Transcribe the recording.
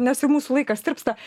nes jau mūsų laikas tirpsta